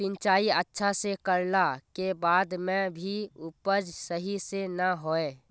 सिंचाई अच्छा से कर ला के बाद में भी उपज सही से ना होय?